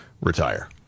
retire